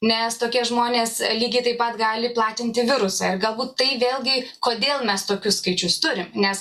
nes tokie žmonės lygiai taip pat gali platinti virusą ir galbūt tai vėlgi kodėl mes tokius skaičius turim nes